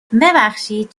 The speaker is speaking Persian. ببخشید